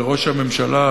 וראש הממשלה,